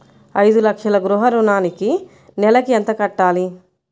ఐదు లక్షల గృహ ఋణానికి నెలకి ఎంత కట్టాలి?